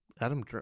Adam